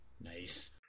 Nice